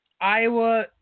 Iowa –